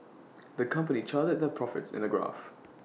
the company charted their profits in A graph